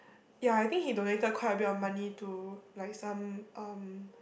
ya I think he donated quite a bit of money to like some um